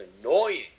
annoying